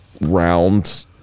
round